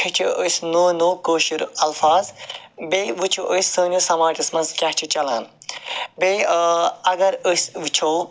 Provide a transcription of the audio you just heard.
ہیٚچھو أسۍ نوٚو نوٚو کٲشر الفاظ بیٚیہِ وٕچھو أسۍ سٲنِس سماجَس مَنٛز کیاہ چھُ چَلان بیٚیہِ اگر أسۍ وٕچھو